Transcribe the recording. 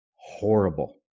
horrible